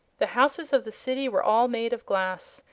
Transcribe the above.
the houses of the city were all made of glass,